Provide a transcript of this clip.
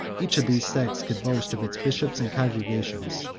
each of these sects could boast of its bishops and congregations,